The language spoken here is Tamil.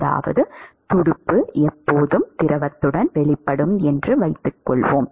அதாவது துடுப்பு எப்போதும் திரவத்துடன் வெளிப்படும் என்று வைத்துக்கொள்வோம்